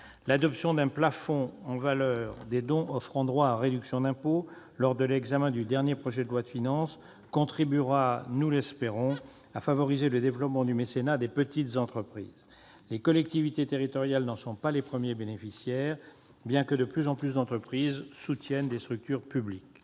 finances, d'un plafond en valeur des dons ouvrant droit à réduction d'impôt contribuera, nous l'espérons, à favoriser le développement du mécénat des petites entreprises. Les collectivités territoriales n'en sont pas les premières bénéficiaires, bien que de plus en plus d'entreprises soutiennent des structures publiques.